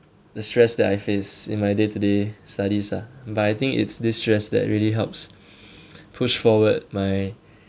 the stress that I face in my day to day studies ah but I think it's this stress that really helps push forward my